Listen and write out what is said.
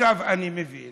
עכשיו אני מבין